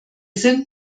sind